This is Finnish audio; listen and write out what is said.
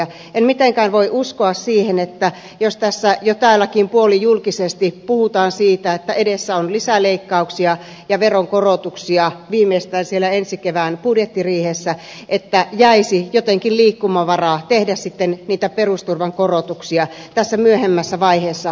en mitenkään voi uskoa siihen jos jo täälläkin puolijulkisesti puhutaan siitä että edessä on lisäleikkauksia ja veronkorotuksia viimeistään siellä ensi kevään budjettiriihessä että jäisi jotenkin liikkumavaraa tehdä sitten niitä perusturvan korotuksia myöhemmässä vaiheessa hallituskaudella